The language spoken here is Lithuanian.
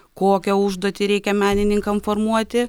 kokią užduotį reikia menininkam formuoti